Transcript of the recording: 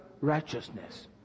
righteousness